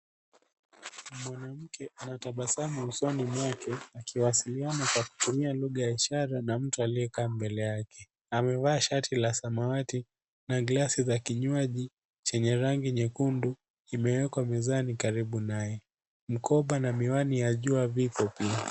Mwanamke anatabasamu usoni mwake akiwasiliana kwa kutumia lugha ya ishara na mtu aliyekaa mbele yake, amevaa shati la samawati na glasi za kinywaji chenye rangi nyekundu imewekwa mezani karibu naye. Mkoba na miwani ya jua vipo pia.